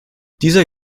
dieser